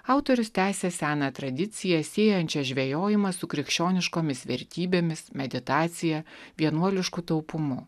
autorius tęsia seną tradiciją siejančią žvejojimą su krikščioniškomis vertybėmis meditacija vienuolišku taupumu